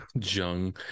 Jung